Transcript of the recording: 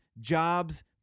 jobs